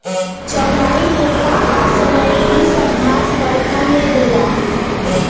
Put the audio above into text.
चौलाई मोथा आ सनइ इ सब घास बरखा में होला